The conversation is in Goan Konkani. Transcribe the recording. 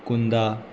कुंदा